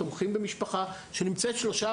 תומכים במשפחה שנמצאת שלושה,